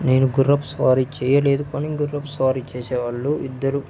నేను గుర్రపు స్వారీ చేయలేదు కానీ గుర్రప్పు స్వారీ చేసేవాళ్ళు ఇద్దరు